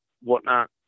whatnot